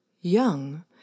young